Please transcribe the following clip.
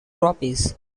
trophies